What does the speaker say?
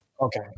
Okay